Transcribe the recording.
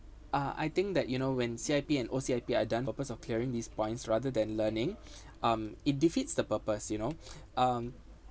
uh I think that you know when C_I_P and O_C_I_P are done purpose of clearing these points rather than learning um it defeats the purpose you know um